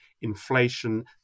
inflation